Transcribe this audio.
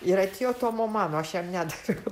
ir atėjo tomo mano aš jam nedaviau